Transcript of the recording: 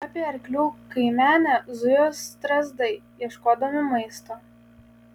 apie arklių kaimenę zujo strazdai ieškodami maisto